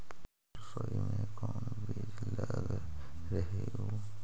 सरसोई मे कोन बीज लग रहेउ?